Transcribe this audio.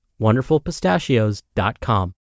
wonderfulpistachios.com